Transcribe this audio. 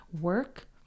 work